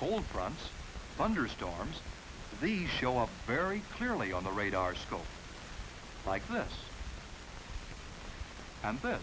cold fronts under storms the show up very clearly on the radar scope like this and this